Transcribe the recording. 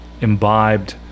imbibed